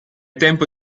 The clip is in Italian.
tempo